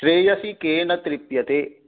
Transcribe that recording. श्रेयसी केन तृप्यते